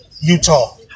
Utah